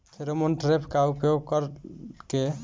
Pheromone trap का उपयोग कर के?